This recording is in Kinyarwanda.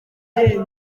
kare